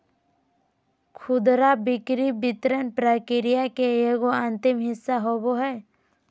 खुदरा बिक्री वितरण प्रक्रिया के एगो अंतिम हिस्सा होबो हइ